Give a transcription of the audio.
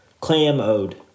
Clam-Ode